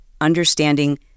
understanding